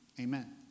Amen